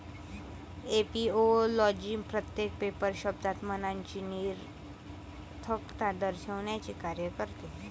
ऍपिओलॉजी प्रत्येक पेपर शब्दात मनाची निरर्थकता दर्शविण्याचे कार्य करते